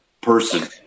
person